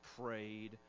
prayed